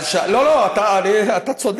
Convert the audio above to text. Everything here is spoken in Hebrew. לא לא, אתה צודק.